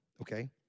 Okay